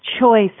choice